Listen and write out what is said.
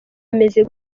ameze